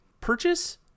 Purchase